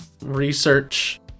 research